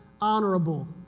honorable